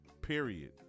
Period